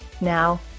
Now